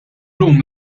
lum